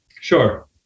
Sure